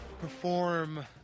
perform